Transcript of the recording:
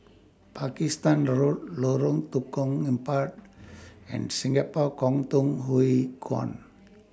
Pakistan Road Lorong Tukang Empat and Singapore Kwangtung Hui Kuan